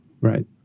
Right